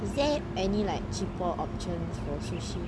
is there any like cheaper options for sushi